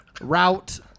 Route